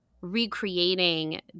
recreating